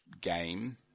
game